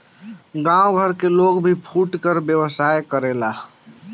गांव घर में लोग भी फुटकर व्यवसाय करेला